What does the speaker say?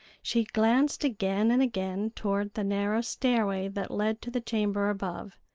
she glanced again and again toward the narrow stairway that led to the chamber above,